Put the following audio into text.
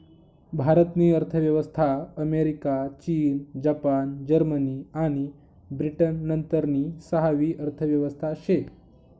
भारत नी अर्थव्यवस्था अमेरिका, चीन, जपान, जर्मनी आणि ब्रिटन नंतरनी सहावी अर्थव्यवस्था शे